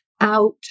out